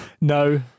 No